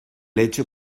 hecho